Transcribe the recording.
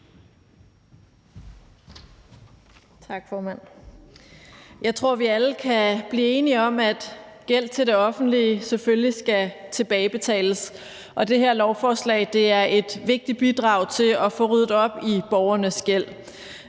Jeg tror, vi alle kan blive enige om, at gæld til det offentlige selvfølgelig skal tilbagebetales, og det her lovforslag er et vigtigt bidrag til at få ryddet op i borgernes gæld.